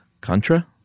contra